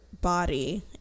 body